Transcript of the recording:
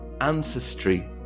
ancestry